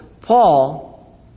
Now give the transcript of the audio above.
Paul